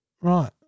Right